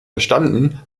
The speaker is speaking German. verstanden